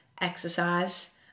exercise